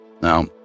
Now